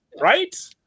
Right